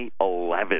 2011